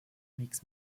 makes